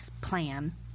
plan